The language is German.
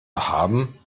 haben